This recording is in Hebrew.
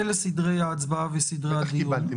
אלה סדרי ההצבעה וסדרי הדיון --- איך קיבלתם?